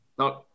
No